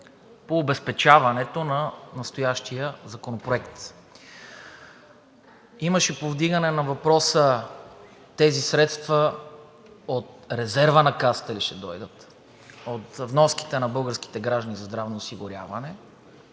по обезпечаването на настоящия законопроект. Имаше повдигане на въпроса: тези средства от резерва на Касата ли ще дойдат, от вноските на българските граждани за здравно осигуряване,